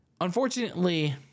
Unfortunately